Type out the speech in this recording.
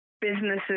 businesses